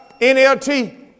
NLT